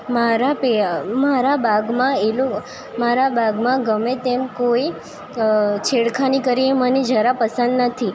મારા મારા બાગમાં મારા બાગમાં ગમે તેમ કોઈ છેડખાની કરે એ મને જરા પસંદ નથી